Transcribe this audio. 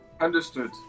Understood